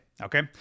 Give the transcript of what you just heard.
Okay